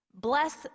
Bless